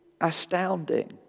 astounding